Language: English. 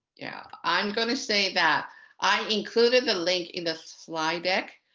yeah i'm going to say that i included the link in the slide deck.